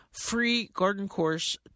Freegardencourse